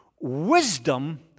Wisdom